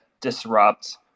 disrupt